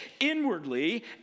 inwardly